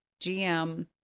gm